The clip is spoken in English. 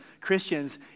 Christians